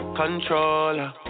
controller